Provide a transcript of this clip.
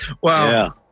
Wow